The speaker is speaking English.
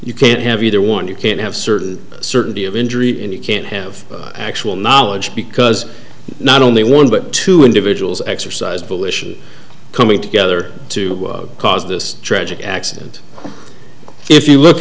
you can't have either one you can't have certain certainty of injury and you can't have actual knowledge because not only one but two individuals exercise bullish coming together to cause this tragic accident if you look